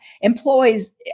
Employees